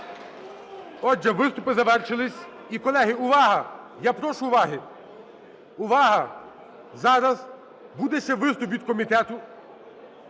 Отже, виступи завершились. І, колеги, увага! Я прошу уваги. Увага! Зараз буде ще виступ від комітету,